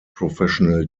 professional